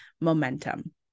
momentum